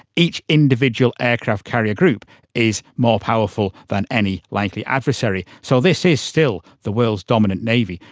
each individual aircraft carrier group is more powerful than any likely adversary. so this is still the world's dominant navy.